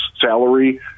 salary